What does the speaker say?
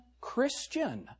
Christian